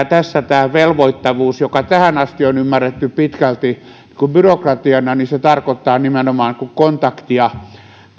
tässä tämä velvoittavuus joka tähän asti on ymmärretty pitkälti byrokratiana tarkoittaa nimenomaan kontaktia